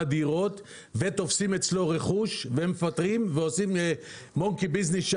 דירות ותופסים אצלו רכוש ומפטרים ועושים שם "מונקי-ביזנס".